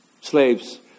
Slaves